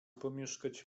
pomieszkać